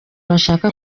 bashaka